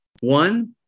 One